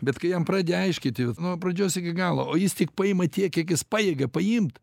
bet kai jam pradedi aiškiti nuo pradžios iki galo o jis tik paima tiek kiek jis pajėgia paimt